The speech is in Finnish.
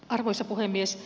arvoisa puhemies